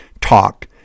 talk